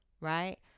right